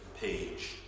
page